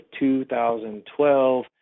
2012